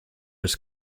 his